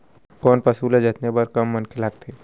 कोन पसु ल जतने बर कम मनखे लागथे?